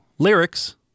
Lyrics